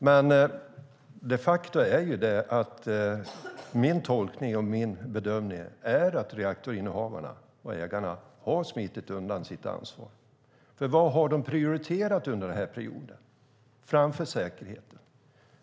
Men faktum är ju - det är min tolkning och min bedömning - att reaktorinnehavarna och ägarna har smitit undan sitt ansvar. Vad har de prioriterat under den här perioden framför säkerheten?